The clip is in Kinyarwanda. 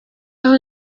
aho